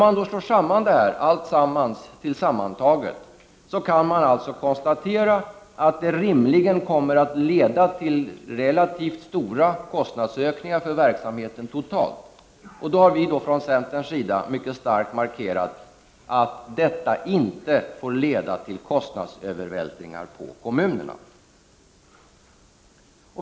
Allt detta sammantaget kommer rimligen att leda till relativt stora kostnadsökningar för verksamheten totalt, och vi har då från centerns sida mycket starkt markerat att det inte får leda till kostnadsövervältringar på kommunerna.